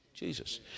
Jesus